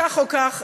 כך או כך,